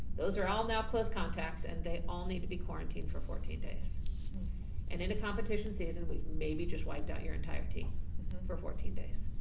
those are all now close contacts and they all need to be quarantined for fourteen days and in a competition season, we've maybe just wiped out your entire team for fourteen days.